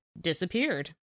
disappeared